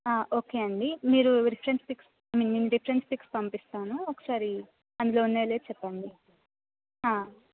okay అండి మీరు reference pics ను రిఫరెన్స్ ఫిక్స్ పంపిస్తాను ఒకసారి అందులో ఉన్నయోలేవో చెప్పండి